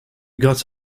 got